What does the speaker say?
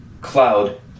cloud